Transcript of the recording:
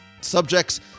subjects